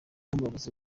ubuyobozi